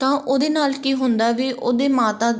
ਤਾਂ ਉਹਦੇ ਨਾਲ ਕੀ ਹੁੰਦਾ ਵੀ ਉਹਦੇ ਮਾਤਾ